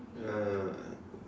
uh